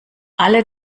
alle